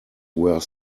were